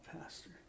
Pastor